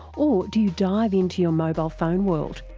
or do you dive into your mobile phone world?